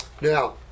Now